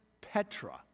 Petra